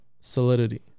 solidity